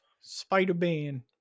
Spider-Man